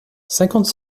cinquante